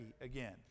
again